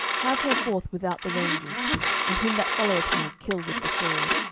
have her forth without the ranges and him that followeth her kill with the sword.